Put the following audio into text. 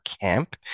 camp